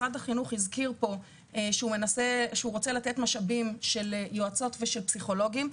משרד החינוך הזכיר פה שהוא רוצה לתת משאבים של יועצות ושל פסיכולוגים.